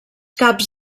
caps